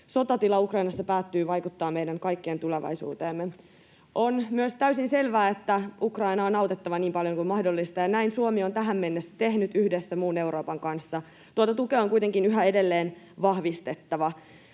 sotatila Ukrainassa päättyy, vaikuttaa meidän kaikkien tulevaisuuteemme. On myös täysin selvää, että Ukrainaa on autettava niin paljon kuin mahdollista, ja näin Suomi on tähän mennessä tehnyt yhdessä muun Euroopan kanssa. Tuota tukea on kuitenkin yhä edelleen vahvistettava.